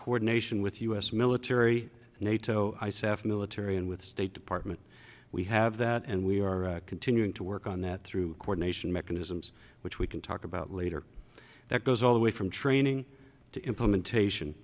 coordination with u s military nato ice f military and with state department we have that and we are continuing to work on that through coordination mechanisms which we can talk about later that goes all the way from training to implementation